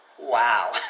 Wow